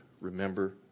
remember